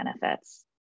benefits